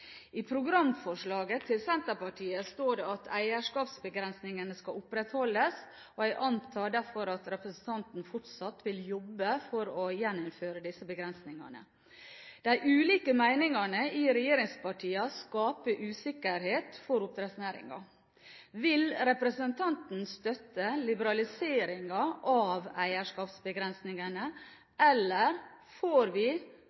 I programforslaget til Senterpartiet står det at eierskapsbegrensningene skal opprettholdes. Jeg antar derfor at representanten vil jobbe for å gjeninnføre disse begrensningene. De ulike meningene i regjeringspartiene skaper usikkerhet for oppdrettsnæringen. Vil representanten støtte liberaliseringen av eierskapsbegrensningene, eller får vi